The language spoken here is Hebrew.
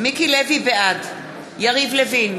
בעד יריב לוין,